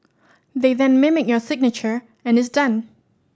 they then mimic your signature and it's done